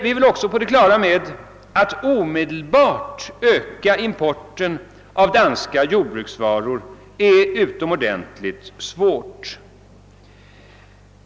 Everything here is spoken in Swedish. Vi är också på det klara med att det är utomordentligt svårt att omedelbart öka importen av danska jordbruksvaror.